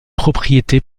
propriété